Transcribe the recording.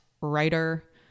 writer